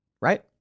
right